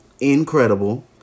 Incredible